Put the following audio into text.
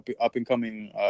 up-and-coming